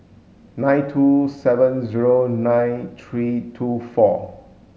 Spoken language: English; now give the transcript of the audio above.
nine two seven zero nine three two four